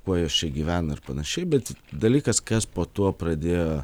kuo jos čia gyvena ir panašiai bet dalykas kas po tuo pradėjo